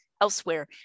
elsewhere